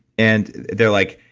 and they're like,